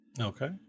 Okay